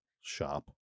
Shop